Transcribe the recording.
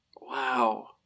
Wow